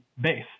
base